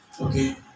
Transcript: Okay